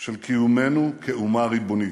של קיומנו כאומה ריבונית.